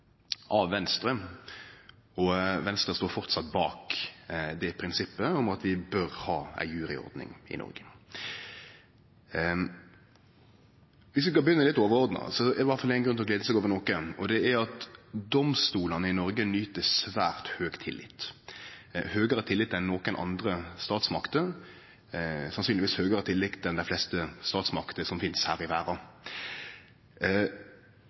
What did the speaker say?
av Venstre, og Venstre står framleis bak prinsippet om at vi bør ha ei juryordning i Noreg. Viss vi skal begynne litt overordna, er det i alle fall grunn til å glede seg over noko, og det er at domstolane i Noreg nyt svært høg tillit, høgare tillit enn nokon andre statsmakter – sannsynlegvis høgare tillit enn dei fleste statsmakter som finst her i verda.